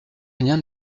rien